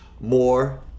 more